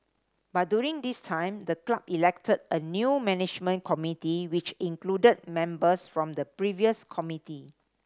but during this time the club elected a new management committee which included members from the previous committee